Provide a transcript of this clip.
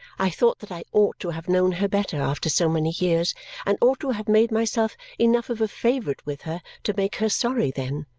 i thought that i ought to have known her better after so many years and ought to have made myself enough of a favourite with her to make her sorry then.